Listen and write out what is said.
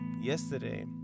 yesterday